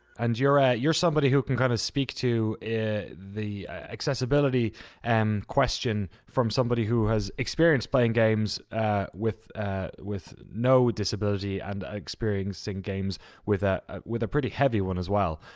and you're ah you're somebody who can kind of speak to the accessibility and question from somebody who has experienced playing games with ah with no disability and experiencing games with ah with a pretty heavy one as well.